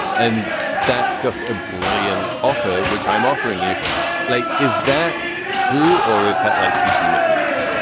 and that's just a brilliant offer, which i'm offering you like. is that true or is that like deeply misleading?